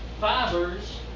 fibers